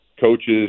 coaches